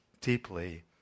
deeply